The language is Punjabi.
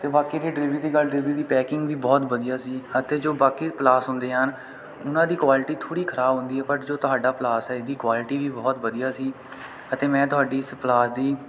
ਅਤੇ ਬਾਕੀ ਰਹੀ ਡਿਲੀਵਰੀ ਦੀ ਗੱਲ ਡਿਲੀਵਰੀ ਦੀ ਪੈਕਿੰਗ ਵੀ ਬਹੁਤ ਵਧੀਆ ਸੀ ਅਤੇ ਜੋ ਬਾਕੀ ਪਲਾਸ ਹੁੰਦੇ ਹਨ ਉਹਨਾਂ ਦੀ ਕੁਆਲਿਟੀ ਥੋੜ੍ਹੀ ਖਰਾਬ ਹੁੰਦੀ ਹੈ ਪਰ ਜੋ ਤੁਹਾਡਾ ਪਲਾਸ ਹੈ ਇਹਦੀ ਕੁਆਲਿਟੀ ਵੀ ਬਹੁਤ ਵਧੀਆ ਸੀ ਅਤੇ ਮੈਂ ਤੁਹਾਡੀ ਇਸ ਪਲਾਸ ਦੀ